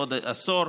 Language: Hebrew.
בעוד עשור,